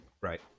Right